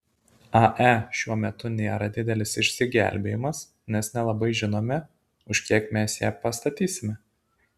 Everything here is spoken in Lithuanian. ae šiuo metu nėra didelis išsigelbėjimas nes nelabai žinome už kiek mes ją pastatysime